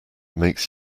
makes